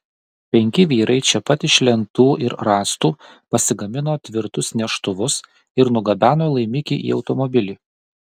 penki vyrai čia pat iš lentų ir rąstų pasigamino tvirtus neštuvus ir nugabeno laimikį į automobilį